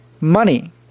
money